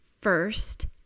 first